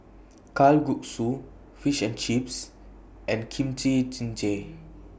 Kalguksu Fish and Chips and Kimchi Jjigae